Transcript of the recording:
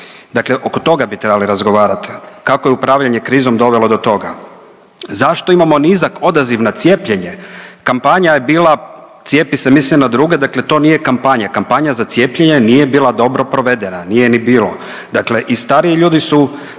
Dakle, oko toga bi trebali razgovarati kako je upravljanje krizom dovelo do toga? Zašto imamo nizak odaziv na cijepljenje. Kampanja je bila „Cijepi se, misli na druge“, dakle to nije kampanja. Kampanja za cijepljenje nije bila dobro provedena, nije je ni bilo. Dakle i stariji ljudi su